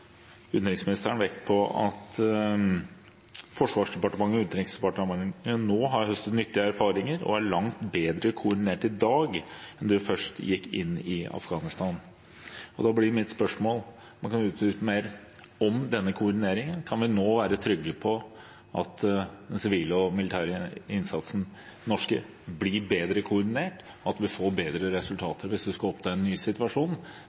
utenriksministeren vekt på at Forsvarsdepartementet og Utenriksdepartementet nå har høstet nyttige erfaringer og er langt bedre koordinert i dag enn da vi først gikk inn i Afghanistan. Da blir mitt spørsmål om utenriksministeren kan utdype mer om denne koordineringen: Kan vi nå være trygge på at den norske sivile og militære innsatsen blir bedre koordinert, og at vi får bedre resultater hvis det skulle oppstå en ny situasjon